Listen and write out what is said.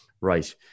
right